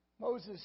Moses